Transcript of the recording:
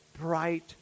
bright